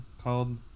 called